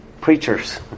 preachers